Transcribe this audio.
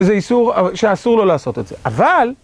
זה איסור, שאסור לו לעשות את זה. אבל...